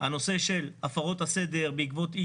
הנושא של הפרות הסדר בעקבות אי